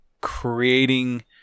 creating